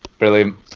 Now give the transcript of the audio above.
Brilliant